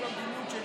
למדיניות שלי,